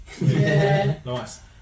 Nice